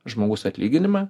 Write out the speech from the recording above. žmogus atlyginimą